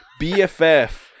bff